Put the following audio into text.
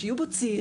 שיהיו בו צעירים.